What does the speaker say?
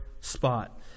spot